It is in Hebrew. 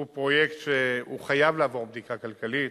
הוא פרויקט שחייב לעבור בדיקה כלכלית,